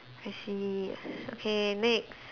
I see okay next